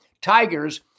Tigers